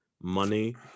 money